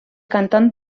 cantant